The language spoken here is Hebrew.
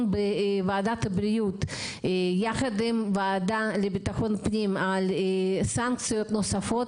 בוועדת הבריאות יחד עם הוועדה לבטחון פנים על סנקציות נוספות,